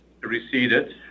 receded